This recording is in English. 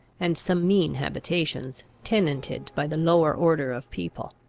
and some mean habitations, tenanted by the lower order of people.